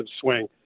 swing